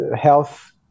health